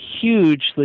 hugely